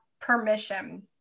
permission